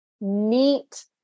neat